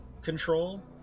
control